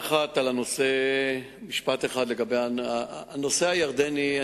משפט אחד לגבי הנושא הירדני.